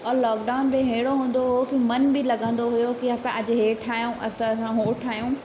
ऐं लॉकडाउन बि अहिड़ो हूंदो हुओ की मन बि लॻंदो हुओ की असां अॼ इहा ठाहियूं असां उहो ठाहियूं